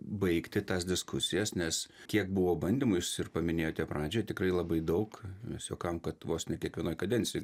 baigti tas diskusijas nes kiek buvo bandymų jūs ir paminėjote pradžioj tikrai labai daug mes juokaujam kad vos ne kiekvienoj kadencijoj